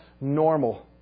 Normal